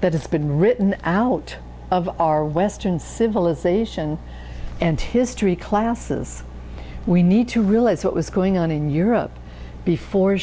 that has been written out of our western civilization and history classes we need to realize what was going on in europe before